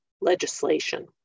legislation